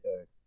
Earth